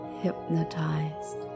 hypnotized